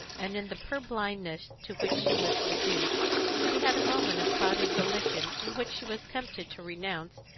and in the purblindness to which she was reduced she had a moment of clouded volition in which she was tempted to renounce,